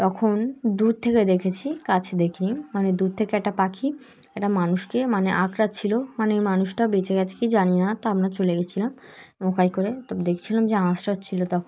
তখন দূর থেকে দেখেছি কাছে দেখিনি মানে দূর থেকে একটা পাখি একটা মানুষকে মানে আঁকড়াচ্ছিল মানে ওই মানুষটা বেঁচে গেছে কি জানি না তো আমরা চলে গেছিলাম মকাই করে তো দেখছিলাম যে আঁশড়াচ্ছিল তখন